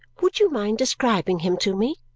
would you mind describing him to me?